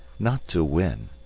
not to win,